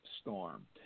storm